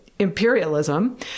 Imperialism